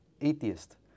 atheist